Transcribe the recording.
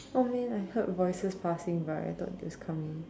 oh man I heard voices passing by I thought they was coming